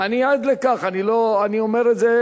אני עד לכך, אני אומר את זה